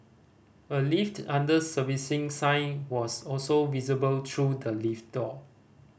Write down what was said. a lift under servicing sign was also visible through the lift door